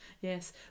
yes